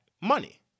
money